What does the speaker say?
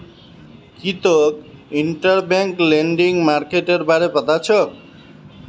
की तोक interbank lending मार्केटेर बारे पता छोक